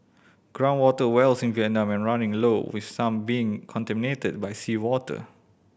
ground water wells in Vietnam are running low with some being contaminated by seawater